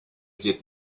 viêt